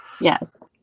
Yes